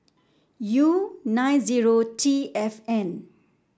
U nine zero T F N